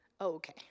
Okay